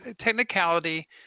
technicality